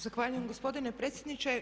Zahvaljujem gospodine predsjedniče.